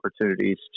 opportunities